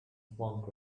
funk